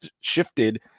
shifted